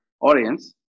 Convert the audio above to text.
audience